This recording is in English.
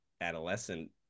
adolescent